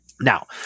Now